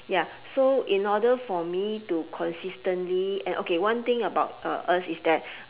ya so in order for me to consistently and okay one thing about uh us is that